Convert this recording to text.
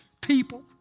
people